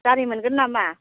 गारि मोनगोन नामा